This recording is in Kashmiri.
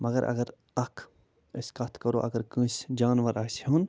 مگر اَگر اَکھ أسۍ کَتھ کَرَو اگر کٲنٛسہِ جانوَر آسہِ ہیوٚن